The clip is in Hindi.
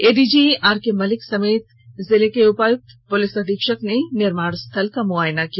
एडीजी आरके मल्लिक समेत जिले के उपायुक्त पुलिस अधीक्षक ने निर्माण स्थल का मुआयना किया